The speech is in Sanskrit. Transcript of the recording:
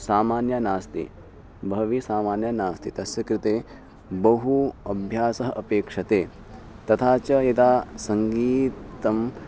सामान्यं नास्ति बह्वी सामान्यं नास्ति तस्य कृते बहु अभ्यासः अपेक्षते तथा च यदा सङ्गीतम्